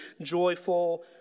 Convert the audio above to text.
joyful